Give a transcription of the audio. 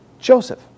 Joseph